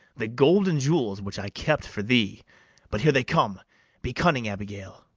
the gold and jewels which i kept for thee but here they come be cunning, abigail.